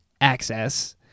access